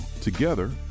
together